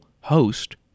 host